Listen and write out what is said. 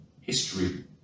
history